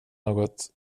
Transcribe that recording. något